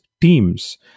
teams